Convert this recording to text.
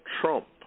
Trump